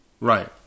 right